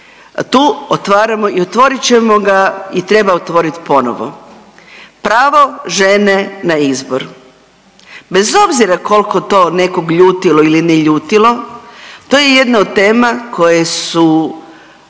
tu otvaramo i otvorit ćemo ga i treba otvoriti ponovo. Pravo žene na izbor. Bez obzira koliko to nekog ljutilo ili ne ljutilo, to je jedna od tema koje su